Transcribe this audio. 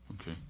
okay